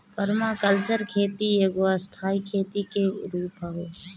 permaculture खेती एगो स्थाई खेती के रूप हवे